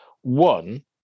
one